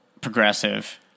progressive